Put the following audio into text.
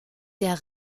der